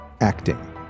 Acting